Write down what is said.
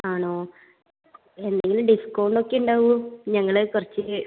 ആണോ എന്തെങ്കിലും ഡിസ്കൗണ്ട് ഒക്കെ ഉണ്ടാവുമോ ഞങ്ങൾ കുറച്ച്